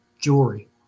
jewelry